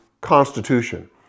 constitution